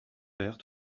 père